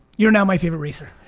you're now my favorite racer.